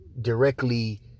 directly